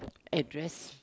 address